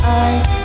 eyes